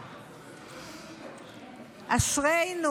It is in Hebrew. אשרינו.